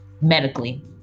medically